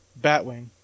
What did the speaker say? Batwing